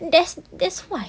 that's that's why